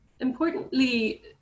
importantly